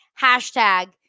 hashtag